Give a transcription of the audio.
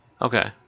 Okay